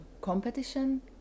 competition